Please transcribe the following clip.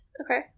Okay